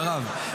מירב,